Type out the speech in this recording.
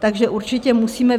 Takže určitě musíme